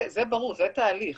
זה ברור, זה תהליך.